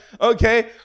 okay